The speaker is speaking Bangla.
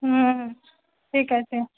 হ্যাঁ ঠিক আছে